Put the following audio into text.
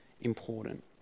important